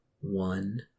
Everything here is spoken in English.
one